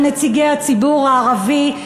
על נציגי הציבור הערבי.